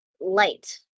light